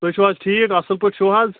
تُہۍ چھُو حظ ٹھیٖک اَصٕل پٲٹھۍ چھُو حظ